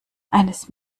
eines